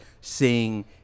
seeing